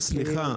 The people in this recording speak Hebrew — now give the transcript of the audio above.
סליחה,